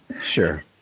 sure